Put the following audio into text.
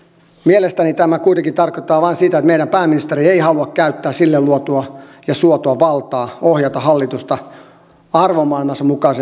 mielestäni tämä kuitenkin tarkoittaa vain sitä että meidän pääministeri ei halua käyttää sille luotua ja suotua valtaa ohjata hallitus arvomaailmansa mukaiseen suuntaan